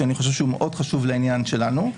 שאני חושב שהוא מאוד חשוב לעניין שלנו,